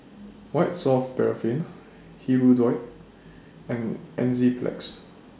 White Soft Paraffin Hirudoid and Enzyplex